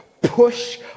push